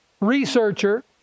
researcher